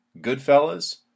Goodfellas